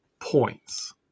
points